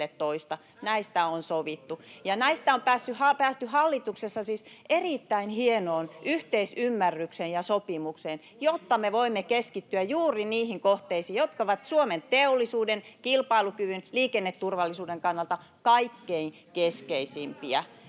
Näistä on sovittu, ja näistä on päästy hallituksessa siis erittäin hienoon yhteisymmärrykseen ja sopimukseen, jotta me voimme keskittyä juuri niihin kohteisiin, jotka ovat Suomen teollisuuden, kilpailukyvyn ja liikenneturvallisuuden kannalta kaikkein keskeisimpiä.